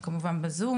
בצורות כאלה